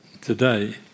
today